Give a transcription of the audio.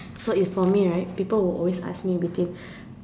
so if for me right people will always ask me between